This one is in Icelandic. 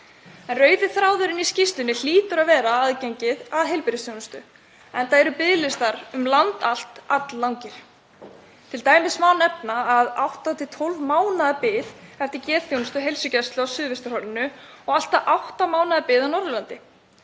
Rauði þráðurinn í skýrslunni hlýtur að vera aðgengið að heilbrigðisþjónustu enda eru biðlistar um land allt alllangir. Til dæmis má nefna að 8–12 mánaða bið er eftir geðþjónustu heilsugæslu á suðvesturhorninu og allt að átta mánaða bið á Norðurlandi.